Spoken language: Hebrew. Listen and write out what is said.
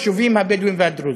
מהיישובים הבדואיים והדרוזיים.